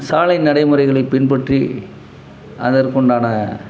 சாலை நடைமுறைகளை பின்பற்றி அதற்குண்டான